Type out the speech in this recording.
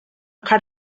crowd